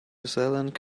zealand